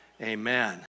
Amen